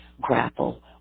grapple